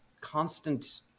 constant